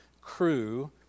crew